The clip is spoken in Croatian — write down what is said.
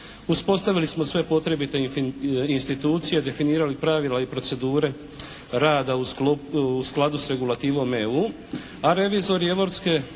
Uspostavili smo sve potrebite institucije, definirali pravila i procedure rada u skladu s regulativom EU, a revizori Europske